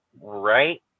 right